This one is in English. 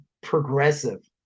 progressive